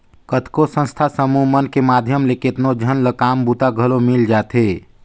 कतको संस्था समूह मन के माध्यम ले केतनो झन ल काम बूता घलो मिल जाथे